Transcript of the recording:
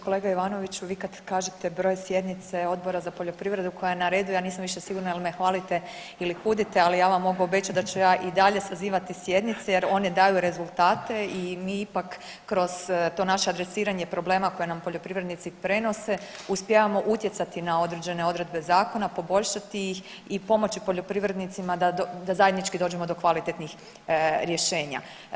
Kolega Ivanoviću, vi kad kažete broj sjednice Odbora za poljoprivredu koja je na redu ja nisam više sigurna jel me hvalite ili kudite, ali ja vam mogu obećat da ću ja i dalje sazivati sjednice jer one daju rezultate i mi ipak kroz to naše adresiranje problema koje nam poljoprivrednici prenose uspijevamo utjecati na određene odredbe zakona, poboljšati ih i pomoći poljoprivrednicima da zajednički dođemo do kvalitetnih rješenja.